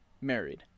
married